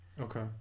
okay